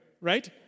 Right